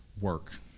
work